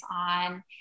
on